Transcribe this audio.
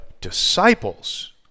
disciples